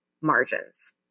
margins